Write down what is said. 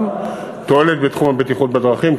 גם תועלת בתחום הבטיחות בדרכים,